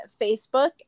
Facebook